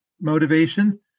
motivation